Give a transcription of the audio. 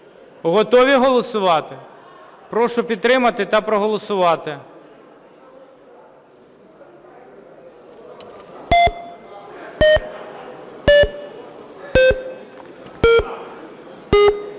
Готові голосувати? Прошу підтримати та проголосувати.